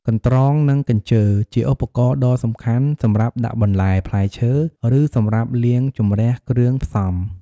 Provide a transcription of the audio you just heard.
កន្ត្រង និងកញ្ជើ ជាឧបករណ៍ដ៏សំខាន់សម្រាប់ដាក់បន្លែ ផ្លែឈើ ឬសម្រាប់លាងជម្រះគ្រឿងផ្សំ។